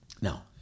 Now